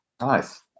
Nice